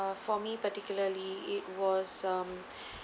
uh for me particularly it was um